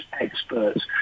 experts